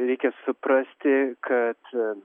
reikia suprasti kad